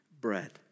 bread